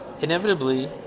inevitably